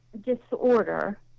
disorder